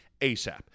ASAP